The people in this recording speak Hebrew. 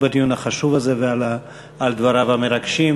בדיון החשוב הזה ועל דבריו המרגשים,